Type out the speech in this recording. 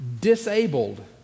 disabled